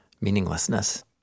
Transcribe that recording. meaninglessness